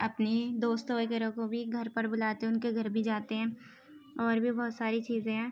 اپنی دوستوں وغیرہ کو بھی گھر پر بلاتے ہیں ان کے گھر بھی جاتے ہیں اور بھی بہت ساری چیزیں ہیں